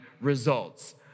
results